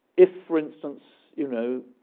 if, for instance, you know,